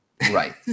Right